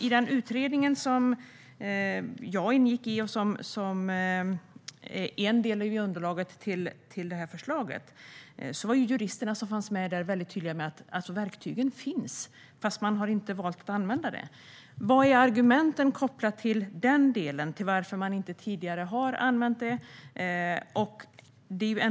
I den utredning som jag ingick i, som är en del av underlaget till detta förslag, var de deltagande juristerna tydliga med att verktygen finns men att man valt att inte använda dem. Vilka är argumenten när det gäller denna del? Varför har man inte tidigare använt dessa verktyg?